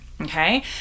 Okay